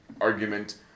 argument